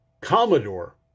Commodore